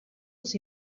els